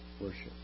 worship